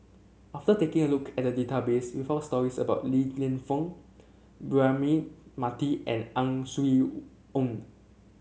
after taking a look at the database we found stories about Li Lienfung Braema Mathi and Ang Swee Aun